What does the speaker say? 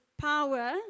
power